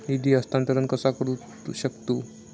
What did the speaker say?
निधी हस्तांतर कसा करू शकतू?